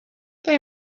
they